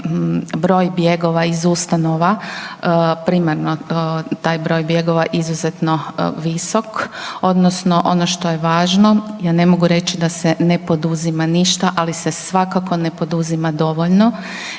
broj bjegova iz ustanova, primarno taj broj bjegova izuzetno visok odnosno ono što je važno, ja ne mogu reći da se ne poduzima ništa ali se svakako ne poduzima dovoljno